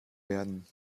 werden